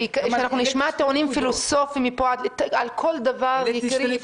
שאנחנו נשמע טיעונים פילוסופיים על כל דבר --- העליתי שתי נקודות.